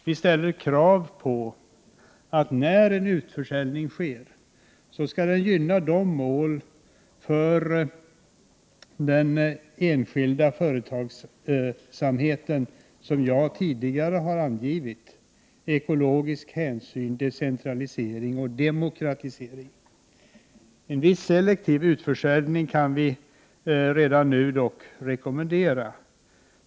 Vi ställer kravet att när en utförsäljning sker, skall den gynna de mål för den enskilda företagsamheten som jag tidigare har angivit: ekologisk hänsyn, decentralisering och demokratisering. En viss selektiv uförsäljning kan vi dock redan nu rekommendera.